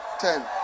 ten